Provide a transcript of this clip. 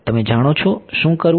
તમે જાણો છો શું કરવું